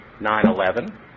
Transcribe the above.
9-11